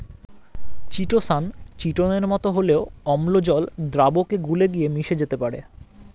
chitosan চিটোনের মতো হলেও অম্ল জল দ্রাবকে গুলে গিয়ে মিশে যেতে পারে